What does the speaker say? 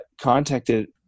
contacted